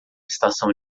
estação